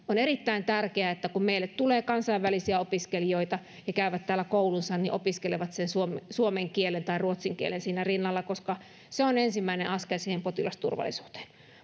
on erittäin tärkeää että kun meille tulee kansainvälisiä opiskelijoita ja he käyvät täällä koulunsa niin he opiskelevat sen suomen kielen tai ruotsin kielen siinä rinnalla koska se on ensimmäinen askel siihen potilasturvallisuuteen